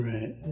Right